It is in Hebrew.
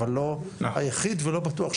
אבל לא היחיד ולא בטוח שהנכון,